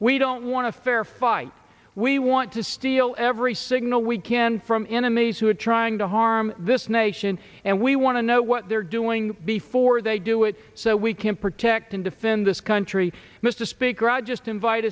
we don't want to fair fight we want to steal every signal we can from enemies who are trying to harm this nation and we want to know what they're doing before they do it so we can protect and defend this country